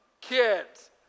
kids